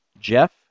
Jeff